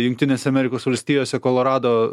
jungtinės amerikos valstijose kolorado